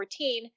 2014